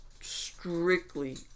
strictly